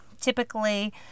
typically